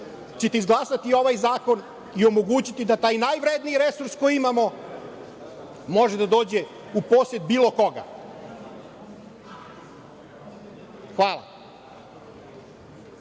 ćete izglasati i omogućiti da taj najvredniji resurs koji imamo može da dođe u posed bilo koga. Hvala.